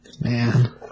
man